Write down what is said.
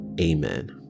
amen